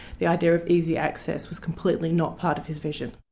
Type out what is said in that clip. the idea of easy access was completely not part of his vision.